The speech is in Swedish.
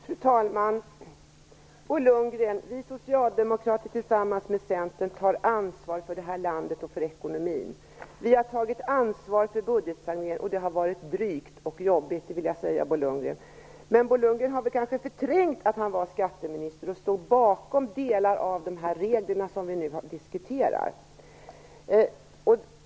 Fru talman! Bo Lundgren! Vi socialdemokrater tar tillsammans med Centern ansvar för landet och ekonomin. Vi har tagit ansvar för budgetsaneringen, och det har varit drygt och jobbigt, det vill jag säga. Men Bo Lundgren har kanske förträngt att han var skatteminister och stod bakom delar av de regler som vi nu diskuterar.